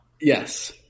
Yes